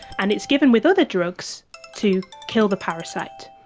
and it's given with other drugs to kill the parasite.